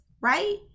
right